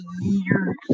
years